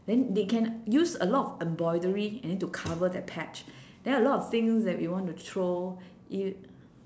then they can use a lot of embroidery and then to cover that patch then a lot of things that we want to throw it